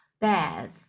Bath